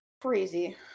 Crazy